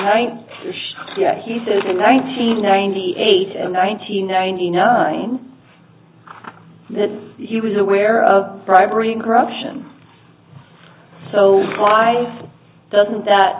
right he says in nineteen ninety eight and ninety ninety nine that he was aware of bribery and corruption so why doesn't that